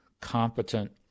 competent